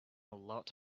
lot